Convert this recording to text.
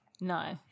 No